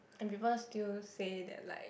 and people still say that like